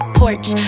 porch